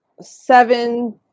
seven